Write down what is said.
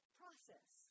process